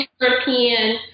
European